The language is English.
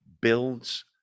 builds